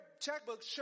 checkbook